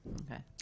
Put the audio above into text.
Okay